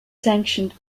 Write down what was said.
sanctioned